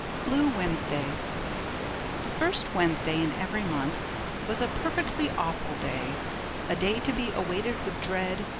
blue wednesday the first wednesday in every month was a perfectly awful day a day to be awaited with dread,